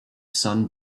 sun